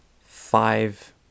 five